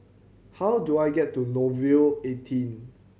how do I get to Nouvel eighteen